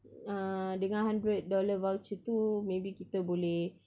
ah dengan hundred dollar voucher tu maybe kita boleh